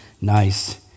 nice